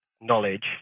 knowledge